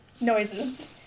noises